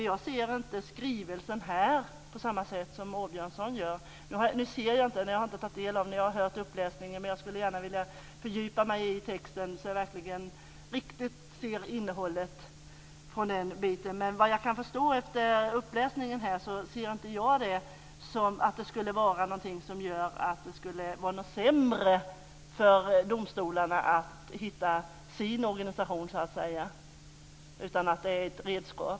Jag ser inte denna skrivelse på samma sätt som Rolf Åbjörnsson gör. Jag har hört uppläsningen, men jag skulle gärna vilja fördjupa mig i texten så att jag verkligen kan ta del av innehållet. Såvitt jag kan förstå av uppläsningen ser jag inte att det skulle bli svårare för domstolarna att hitta sin organisation, utan jag ser det som ett redskap.